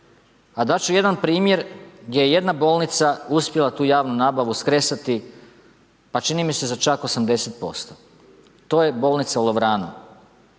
A dati ću jedan primjer gdje jedna bolnica uspjela tu javnu nabavu skresati pa čini mi se za čak 80%. To je bolnica u Lovranu.